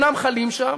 אינם חלים שם.